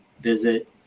visit